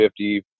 50%